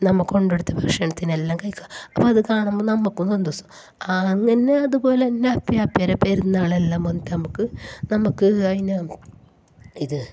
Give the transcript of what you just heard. നമ്മോ കൊണ്ട് കൊടുത്ത ഭക്ഷണത്തിനെ എല്ലാം കഴിക്കും അപ്പോൾ അത് കാണുമ്പോൾ നമ്മൾക്കും സന്തോഷം അങ്ങനെ അതുപോലെ തന്നെ അപ്പി അപ്പരെ പെരുന്നാളെല്ലാം വന്നിട്ട് നമ്മൾക്ക് നമ്മൾക്ക് അതിന് ഇത്